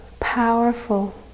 powerful